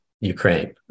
Ukraine